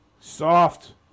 Soft